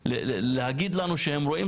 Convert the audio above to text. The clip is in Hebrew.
הנושא.